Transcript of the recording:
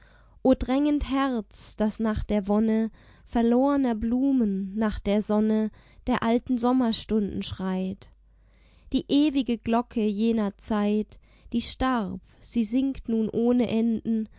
o drängend herz das nach der wonne verlorner blumen nach der sonne der alten sommerstunden schreit die ewige glocke jener zeit die starb sie singt nun ohne enden